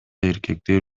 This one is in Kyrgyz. эркектер